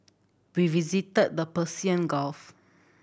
we visited the Persian Gulf